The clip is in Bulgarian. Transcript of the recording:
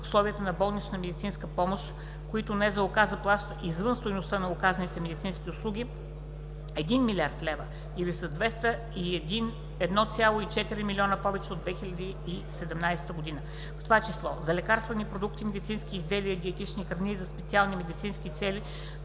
в т.ч.: 5.1. за лекарствени продукти, медицински изделия и диетични храни за специални медицински цели